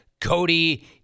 Cody